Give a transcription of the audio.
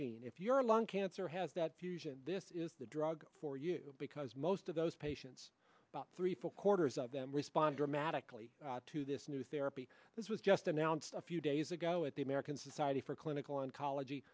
gene if your lung cancer has that fusion this is the drug for you because most of those patients about three four quarters of them respond dramatically to this new therapy this was just announced a few days ago at the american society for clinical oncology